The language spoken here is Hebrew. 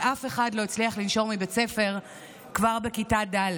אבל אף אחד לא הצליח לנשור מבית הספר כבר בכיתה ד'.